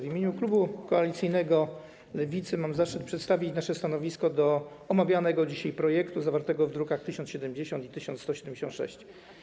W imieniu klubu koalicyjnego Lewicy mam zaszczyt przedstawić nasze stanowisko wobec omawianego dzisiaj projektu zawartego w drukach nr 1070 i 1176.